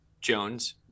Jones